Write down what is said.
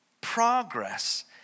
Progress